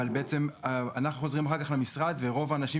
אבל אנחנו חוזרים אחר כך למשרד ורוב האנשים